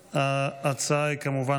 ההצעה היא כמובן,